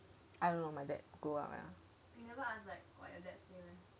I don't know my dad go up ya